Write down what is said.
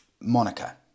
Monica